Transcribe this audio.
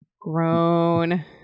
Grown